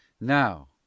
now